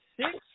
six